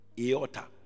aorta